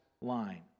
line